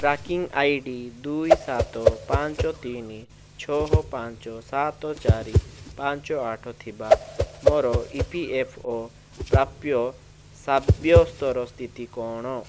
tracking I D ଦୁଇ ସାତ ପାଞ୍ଚତିନି ଛଅ ପାଞ୍ଚ ସାତ ଚାରି ପାଞ୍ଚ ଆଠ ଥିବା ମୋର ଇ ପି ଏଫ୍ ଓ ପ୍ରାପ୍ୟ ସାବ୍ୟସ୍ତର ସ୍ଥିତି କ'ଣ